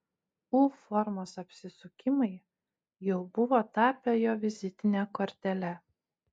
u formos apsisukimai jau buvo tapę jo vizitine kortele